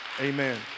Amen